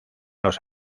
los